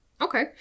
Okay